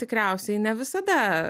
tikriausiai ne visada